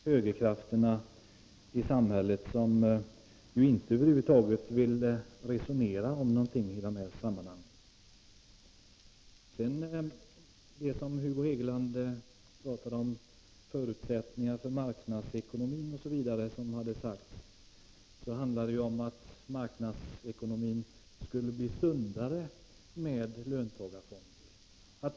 Herr talman! Olof Palme och socialdemokratin har alltid eftersträvat breda lösningar av olika problem och frågor. Så har varit och är fallet även när det gäller löntagarfonderna. Men tyvärr är man på den borgerliga kanten helt blockerad genom stridsropen från högerkrafterna i samhället, vilka över huvud taget inte vill resonera om någonting i dessa sammanhang. Hugo Hegeland talade om förutsättningarna för marknadsekonomin. Men marknadsekonomin skulle bli sundare med löntagarfonder.